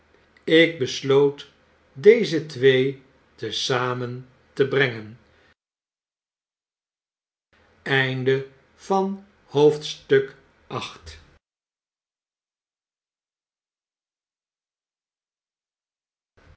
ik besloot deze twee te zamen te brengen